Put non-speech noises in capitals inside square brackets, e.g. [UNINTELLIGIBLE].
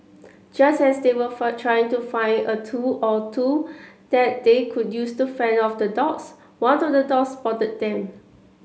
just as they were [UNINTELLIGIBLE] trying to find a tool or two that they could use to fend off the dogs one of the dogs spotted them